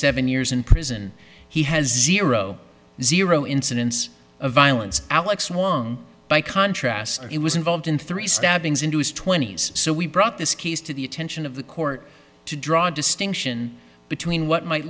seven years in prison he has zero zero incidents of violence alex won't by contrast he was involved in three stabbings into his twenties so we brought this case to the attention of the court to draw a distinction between what might